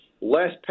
less